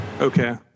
Okay